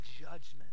judgment